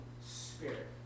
Spirit